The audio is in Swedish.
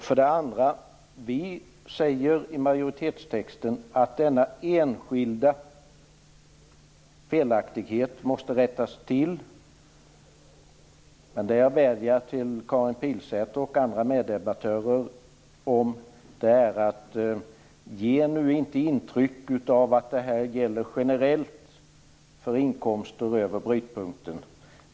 För det andra säger vi i majoritetstexten att denna enskilda felaktighet måste rättas till. Vad jag till Karin Pilsäter och andra meddebattörer vädjar om är att nu inte ge intryck av att detta gäller generellt för inkomster över brytpunkten.